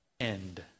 end